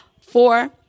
Four